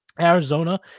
Arizona